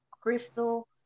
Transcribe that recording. Crystal